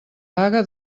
vaga